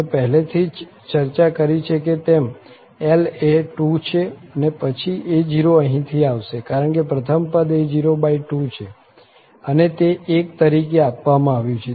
મેં પહેલેથી જ ચર્ચા કરી છે તેમ L એ 2 છે પછી a0 અહીંથી આવશે કારણ કે પ્રથમ પદ a02 છે અને તે 1 તરીકે આપવામાં આવ્યું છે